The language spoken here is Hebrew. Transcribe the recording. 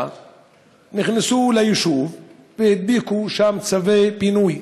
נכנסו ליישוב והדביקו שם צווי פינוי,